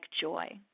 joy